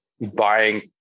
buying